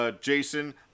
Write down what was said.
Jason